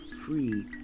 free